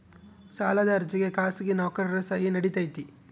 ಸಾಲದ ಅರ್ಜಿಗೆ ಖಾಸಗಿ ನೌಕರರ ಸಹಿ ನಡಿತೈತಿ?